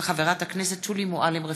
של חברת הכנסת שולי מועלם-רפאלי.